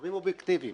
דברים אובייקטיביים: